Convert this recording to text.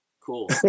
cool